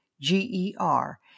G-E-R